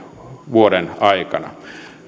vuoden aikana